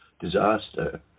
disaster